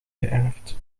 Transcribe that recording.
geërfd